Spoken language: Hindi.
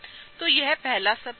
तो यह पहला सप्ताह था